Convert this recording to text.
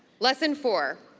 lesson four,